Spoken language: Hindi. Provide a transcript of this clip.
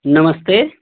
नमस्ते